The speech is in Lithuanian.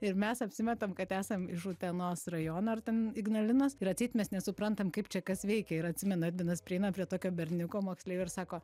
ir mes apsimetam kad esam iš utenos rajono ar ten ignalinos ir atseit mes nesuprantam kaip čia kas veikia ir atsimenu edvinas prieina prie tokio berniuko moksleivio ir sako